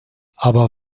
aber